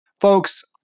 Folks